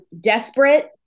desperate